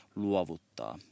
luovuttaa